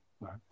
right